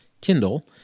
Kindle